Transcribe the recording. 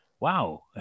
wow